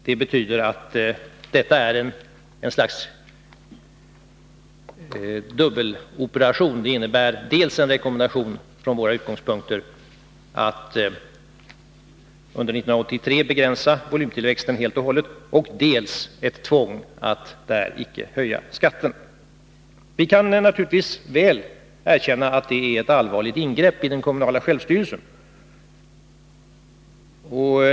Det betyder att detta är ett slags dubbeloperation, som innebär dels en rekommendation från våra utgångspunkter att under 1983 begränsa volymtillväxten helt och hållet, dels ett tvång att i de ifrågavarande kommunerna icke höja skatten. Vi kan väl erkänna att detta är ett allvarligt ingrepp i den kommunala självstyrelsen.